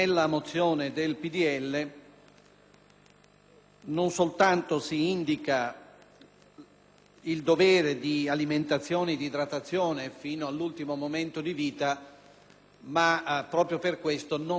non soltanto si indica il dovere di fornire alimentazione ed idratazione fino all'ultimo momento di vita, ma proprio per questo non lo si considera terapia.